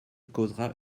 causera